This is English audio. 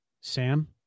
Sam